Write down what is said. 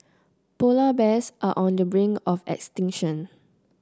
polar bears are on the brink of extinction